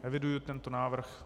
Eviduji tento návrh.